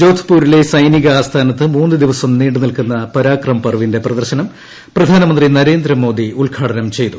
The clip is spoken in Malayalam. ജോധ്പൂരിലെ സൈനിക ആസ്ഥാനത്ത് മൂന്ന് ദിവസം നീണ്ടുനിൽക്കുന്ന പരാക്രം പർവിന്റെ പ്രദർശനം പ്രധാനമന്ത്രി നരേന്ദ്രമോദി ഉദ്ഘാടനം പ്പിച്ചയ്തു